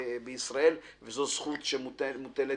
הדבר הראשון, ההליך הפלילי.